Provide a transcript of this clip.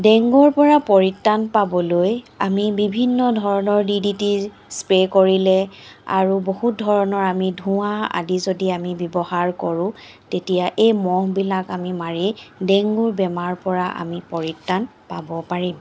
ডেংগুৰ পৰা পৰিত্ৰাণ পাবলৈ আমি বিভিন্ন ধৰণৰ ডি ডি টি স্প্ৰে' কৰিলে আৰু বহুত ধৰণৰ আমি ধোঁৱা আদি যদি আমি যদি ব্যৱহাৰ কৰোঁ তেতিয়া এই মহবিলাক আমি মাৰি ডেংগু বেমাৰৰ পৰা আমি পৰিত্ৰাণ পাব পাৰিম